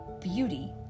Beauty